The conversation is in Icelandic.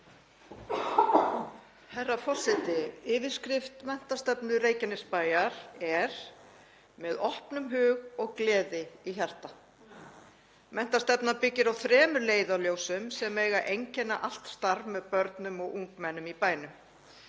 Herra forseti. Yfirskrift menntastefnu Reykjanesbæjar er: Með opnum hug og gleði í hjarta. Menntastefnan byggist á þremur leiðarljósum sem eiga að einkenna allt starf með börnum og ungmennum í bænum.